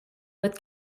with